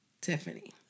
Tiffany